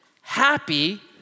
happy